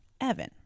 Evan